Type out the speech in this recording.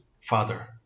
father